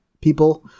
people